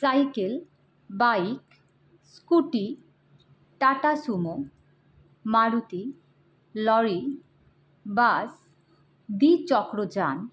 cycle bike scooty Tata Sumo Maruti lorry bus দ্বি চক্র যান